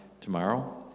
tomorrow